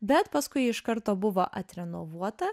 bet paskui ji iš karto buvo atrenovuota